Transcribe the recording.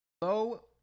Hello